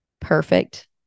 perfect